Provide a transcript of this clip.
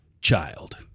child